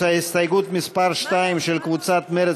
הסתייגות מס' 2 של קבוצת מרצ,